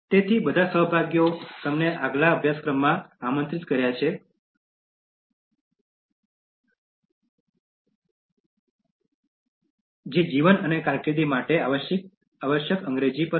તેથી બધા સહભાગીઓ તમને આગલા અભ્યાસક્રમમાં આમંત્રિત કર્યા છે જે જીવન અને કારકિર્દી માટે આવશ્યક અંગ્રેજી પર હશે